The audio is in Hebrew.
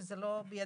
שזה לא בידינו.